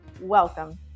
welcome